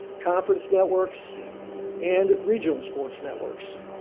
conference networks and regional sports networks.